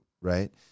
right